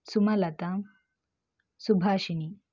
Sumalatha Subhashini